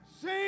sing